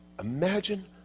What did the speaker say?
imagine